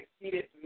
exceeded